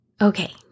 Okay